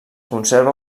conserva